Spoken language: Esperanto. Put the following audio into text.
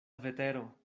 vetero